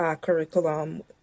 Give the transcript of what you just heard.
curriculum